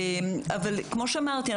כמו שאמרתי,